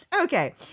Okay